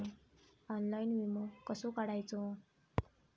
Online विमो कसो काढायचो?